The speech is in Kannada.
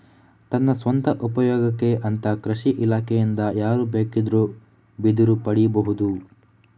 ತನ್ನ ಸ್ವಂತ ಉಪಯೋಗಕ್ಕೆ ಅಂತ ಕೃಷಿ ಇಲಾಖೆಯಿಂದ ಯಾರು ಬೇಕಿದ್ರೂ ಬಿದಿರು ಪಡೀಬಹುದು